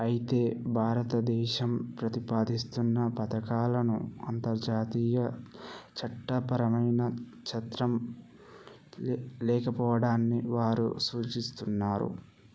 అయితే భారతదేశం ప్రతిపాదిస్తున్న పథకాలను అంతర్జాతీయ చట్టపరమైన చట్టం లేకపోవడాన్ని వారు సూచిస్తున్నారు